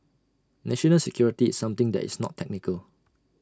national security is something that is not technical